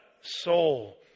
Soul